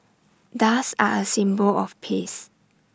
doves are A symbol of peace